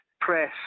press